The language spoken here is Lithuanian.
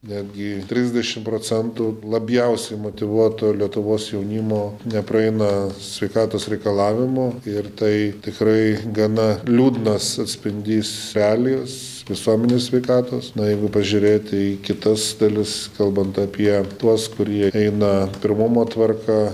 netgi trisdešim procentų labiausiai motyvuoto lietuvos jaunimo nepraeina sveikatos reikalavimų ir tai tikrai gana liūdnas atspindys realijos visuomenės sveikatos na jeigu pažiūrėti į kitas dalis kalbant apie tuos kurie eina pirmumo tvarka